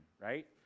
right